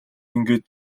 ингээд